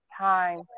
time